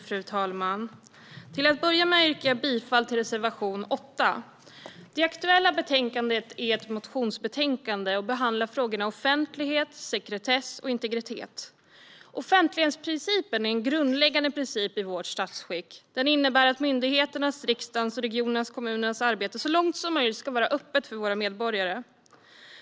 Fru talman! Jag börjar med att yrka bifall till reservation 8. Det aktuella betänkandet är ett motionsbetänkande och behandlar offentlighet, sekretess och integritet. Offentlighetsprincipen är en grundläggande princip i vårt statsskick. Den innebär att myndigheternas, riksdagens, regionernas och kommunernas arbete så långt som möjligt ska vara öppet för våra medborgare.